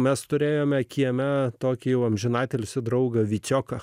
mes turėjome kieme tokį jau amžinatilsį draugą vyčioką